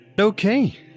Okay